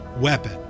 weapon